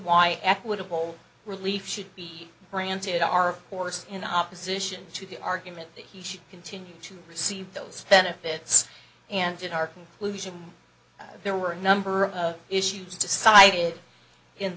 why equitable relief should be granted are of course in opposition to the argument that he should continue to receive those benefits and in our conclusion there were a number of issues decided in